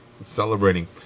celebrating